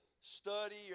study